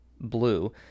blue